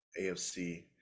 AFC